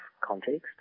context